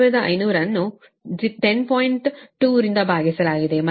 2 ರಿಂದ ಭಾಗಿಸಲಾಗಿದೆ ಮತ್ತು ಪವರ್ ಫ್ಯಾಕ್ಟರ್ 0